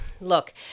look